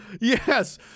Yes